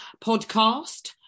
podcast